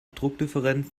druckdifferenz